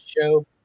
show